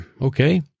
okay